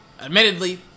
Admittedly